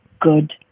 good